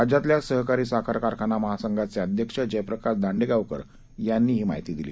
राज्यातल्या सहकारी साखर कारखाना महासंघाचे अध्यक्ष जयप्रकाश दांडेगावकर यांनी ही माहिती दिली